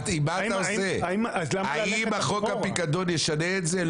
האם חוק הפיקדון ישנה את זה?